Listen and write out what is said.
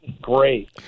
Great